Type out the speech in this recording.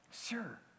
Sure